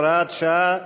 הוראת שעה),